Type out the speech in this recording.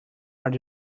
are